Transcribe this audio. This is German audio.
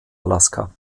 alaska